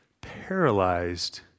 paralyzed